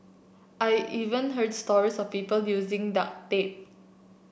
I even heard stories of people using duct tape